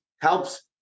helps